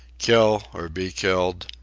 kill or be killed,